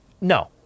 no